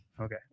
Okay